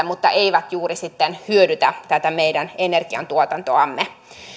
mutta eivät juuri sitten hyödytä tätä meidän energiantuotantoamme